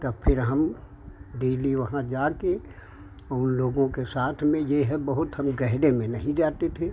तो फिर हम डेली वहाँ जाकर और उन लोगों के साथ में यह है बहुत हम गहरे में नहीं जाते थे